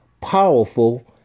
powerful